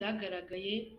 zagaragaye